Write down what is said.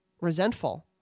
resentful